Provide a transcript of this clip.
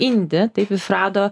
indi taip išrado